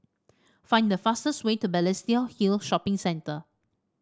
find the fastest way to Balestier Hill Shopping Centre